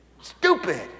Stupid